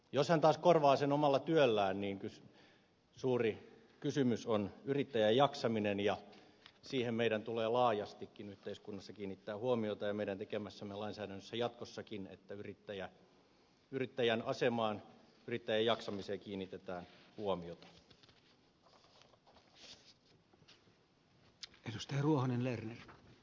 jos hän taas korvaa sen omalla työllään niin suuri kysymys on yrittäjän jaksaminen ja siihen meidän tulee laajastikin yhteiskunnassa kiinnittää huomiota ja meidän tekemässämme lainsäädännössä jatkossakin kiinnittää huomiota yrittäjän asemaan yrittäjän jaksamiseen